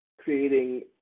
creating